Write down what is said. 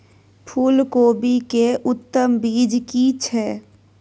फूलकोबी के उत्तम बीज की छै?